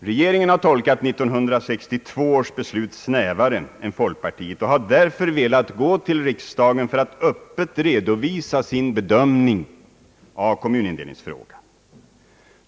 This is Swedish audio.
Regeringen har tolkat 1962 års beslut snävare än folkpartiet och har därför för riksdagen öppet velat redovisa sin bedömning av kommunindelningsfrågan.